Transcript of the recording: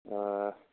অঁ